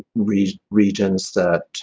regions regions that